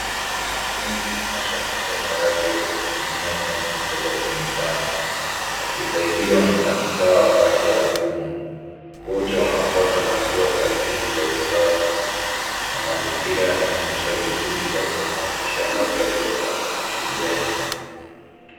Mwanafunzi anaosha mikono yake kwa kutumia maji kutoka kwenye tanki akisaidiwa na afisa wa afya ya umma. Wote wanafuata hatua sahihi za usafi na mazingira yanaonyesha juhudi za kuhamasisha afya bora shuleni.